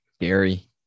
Gary